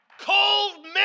Cold